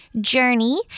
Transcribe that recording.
journey